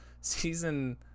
season